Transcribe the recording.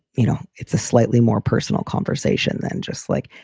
you know, it's a slightly more personal conversation than just like,